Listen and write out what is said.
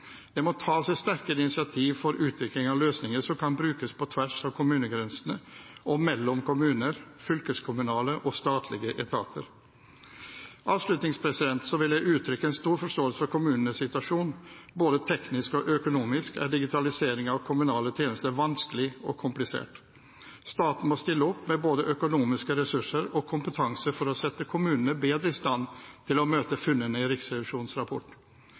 Det må tas et sterkere initiativ for utvikling av løsninger som kan brukes på tvers av kommunegrensene og mellom kommuner og fylkeskommunale og statlige etater. Avslutningsvis vil jeg uttrykke stor forståelse for kommunenes situasjon. Både teknisk og økonomisk er digitalisering av kommunale tjenester vanskelig og komplisert. Staten må stille opp med både økonomiske ressurser og kompetanse for å sette kommunene bedre i stand til å møte funnene i Riksrevisjonens rapport.